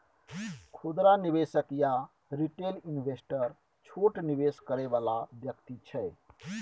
खुदरा निवेशक या रिटेल इन्वेस्टर छोट निवेश करइ वाला व्यक्ति छै